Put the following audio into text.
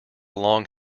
long